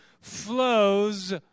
flows